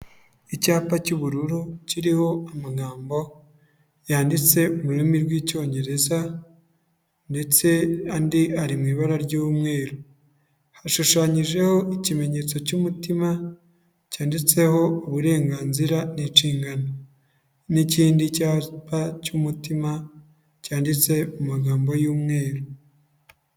Icyapa cy'ubururu kiriho amagambo yanditse mu rurimi rw'lcyongereza ndetse andi ari mu ibara ry'umweru. Hashushanyijeho ikimenyetso cy'umutima, cyanditseho uburenganzira ni nshingano n'ikindi cyapa cy'umutima, cyanditse mu magambo y'umweru.